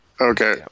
Okay